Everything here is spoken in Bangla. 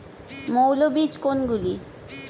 মৌল বীজ কোনগুলি?